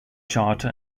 charter